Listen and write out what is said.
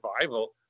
survival